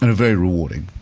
and very rewarding.